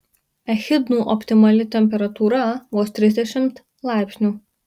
echidnų optimali temperatūra vos trisdešimt laipsnių